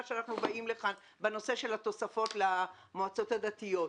שאנחנו באים לכאן לדיון בנושא התוספות למועצות הדתיות.